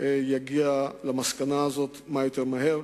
יגיע למסקנה הזאת כמה שיותר מהר.